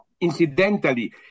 incidentally